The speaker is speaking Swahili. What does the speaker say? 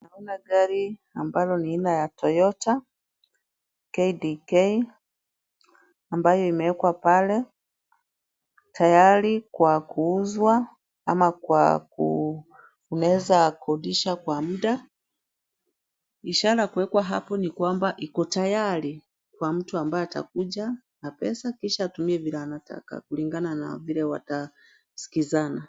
Naona gari ambalo ni la aina ya toyota KDK ambayo imewekwa pale tayari kwa kuuzwa ama kwa unaweza kukodisha kwa muda. Ishara ya kuwekwa apo ni kwamba iko tayari kwa mtu ambaye atakuja na pesa kisha atumie vile anataka kulingana na vile wataskizana.